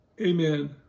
Amen